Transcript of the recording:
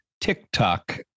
TikTok